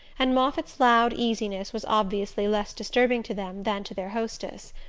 and moffatt's loud easiness was obviously less disturbing to them than to their hostess.